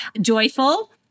Joyful